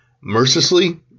Mercilessly